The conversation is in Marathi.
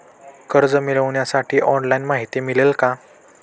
कर्ज मिळविण्यासाठी ऑनलाइन माहिती मिळेल का?